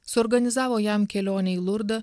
suorganizavo jam kelionę į lurdą